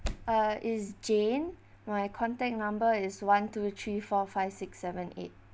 uh is jane my contact number is one two three four five six seven eight